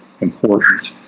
important